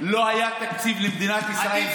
לא היה תקציב למדינת ישראל.